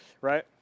right